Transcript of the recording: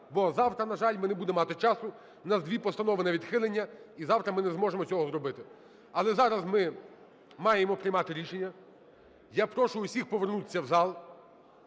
Бо завтра, на жаль, ми не будемо мати часу, у нас дві постанови на відхилення, і завтра ми не зможемо цього зробити. Але зараз ми маємо приймати рішення. Я прошу всіх повернутися в зал.